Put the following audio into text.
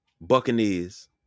Buccaneers